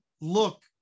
look